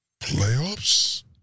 Playoffs